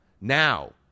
now